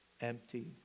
empty